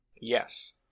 Yes